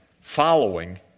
following